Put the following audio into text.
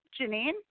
Janine